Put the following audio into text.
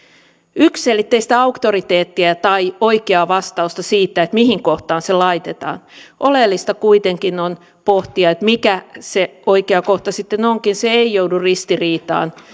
yksiselitteistä auktoriteettia tai oikeaa vastausta siihen mihin kohtaan se laitetaan oleellista kuitenkin on pohtia että mikä se oikea kohta sitten onkin se ei joudu ristiriitaan